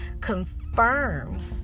confirms